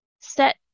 set